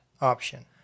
option